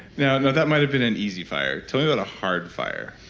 you know that might have been an easy fire. tell me about a hard fire